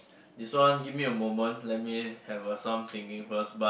this one give me a moment let me have eh some thinking first but